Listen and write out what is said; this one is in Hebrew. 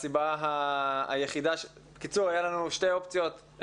היו לנו שתי אופציות,